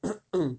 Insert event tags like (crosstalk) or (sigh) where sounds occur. (coughs)